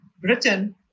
Britain